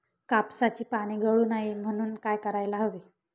कापसाची पाने गळू नये म्हणून काय करायला हवे?